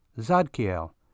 Zadkiel